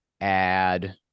Add